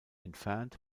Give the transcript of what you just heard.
entfernt